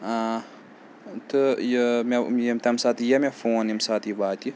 تہٕ یہِ مےٚ یہِ تَمہِ ساتہٕ یہِ یا مےٚ فون ییٚمہِ ساتہٕ یہِ واتہِ